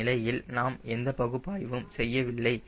இந்நிலையில் நாம் எந்த பகுப்பாய்வும் செய்யவில்லை